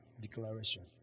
Declaration